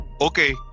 Okay